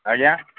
ଆଜ୍ଞା